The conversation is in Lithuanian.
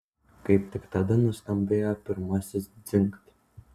kaip tik tada nuskambėjo pirmasis dzingt